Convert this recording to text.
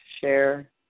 share